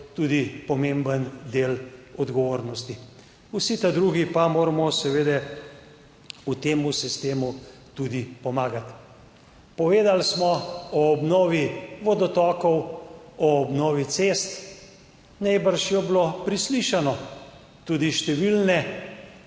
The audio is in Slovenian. (nadaljevanje) del odgovornosti, vsi ta drugi pa moramo seveda v tem sistemu tudi pomagati. Povedali smo o obnovi vodotokov, o obnovi cest, najbrž je bilo preslišano, tudi številne